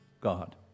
God